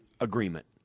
agreement